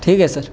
ٹھیک ہے سر